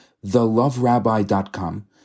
theloverabbi.com